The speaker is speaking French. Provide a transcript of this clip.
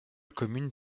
commune